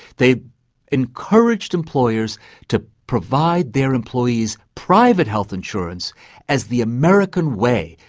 they encouraged employers to provide their employees private health insurance as the american way,